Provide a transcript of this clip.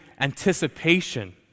anticipation